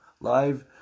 live